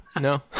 No